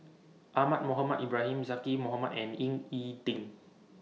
Ahmad Mohamed Ibrahim Zaqy Mohamad and Ying E Ding